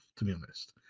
to be honest,